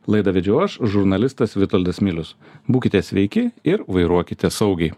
laidą vedžiau aš žurnalistas vitoldas milius būkite sveiki ir vairuokite saugiai